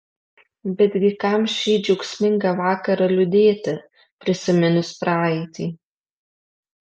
betgi kam šį džiaugsmingą vakarą liūdėti prisiminus praeitį